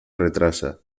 retrasa